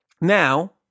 now